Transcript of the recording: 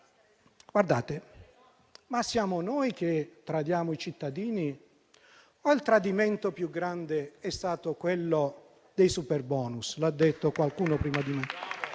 tradimento, siamo noi che tradiamo i cittadini o il tradimento più grande è stato quello dei superbonus,